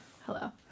Hello